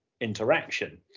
interaction